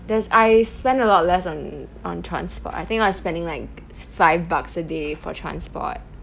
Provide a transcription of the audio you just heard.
there's I spend a lot less on on transport I think like spending like five bucks a day for transport